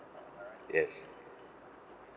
yes